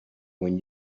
when